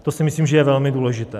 To si myslím, že je velmi důležité.